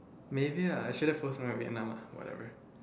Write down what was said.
maybe I should have post when I am in Vietnam uh